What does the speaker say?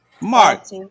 Mark